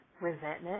resentment